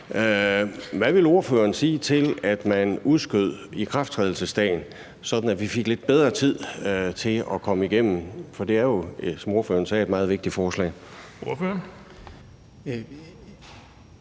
Hvad vil ordføreren sige til, at man udskød ikrafttrædelsesdatoen, sådan at vi fik lidt bedre tid til at komme igennem det? For det er jo, som ordføreren sagde, et meget vigtigt forslag.